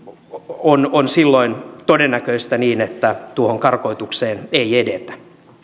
on on silloin todennäköistä niin että tuohon karkotukseen ei edetä